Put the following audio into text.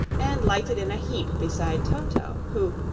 and lighted in a heap beside toto, who,